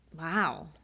Wow